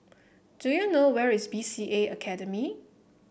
do you know where is B C A Academy